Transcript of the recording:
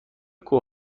کوه